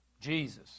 Jesus